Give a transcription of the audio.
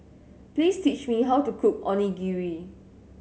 please teach me how to cook Onigiri